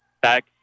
Back